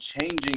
changing